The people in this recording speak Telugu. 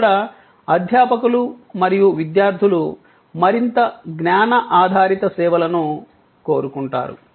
ఇక్కడ అధ్యాపకులు మరియు విద్యార్థులు మరింత జ్ఞాన ఆధారిత సేవలను కోరుకుంటారు